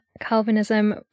Calvinism